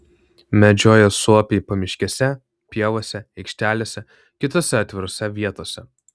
medžioja suopiai pamiškėse pievose aikštelėse kitose atvirose vietose